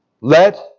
Let